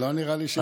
לא נראה לי שיש מי.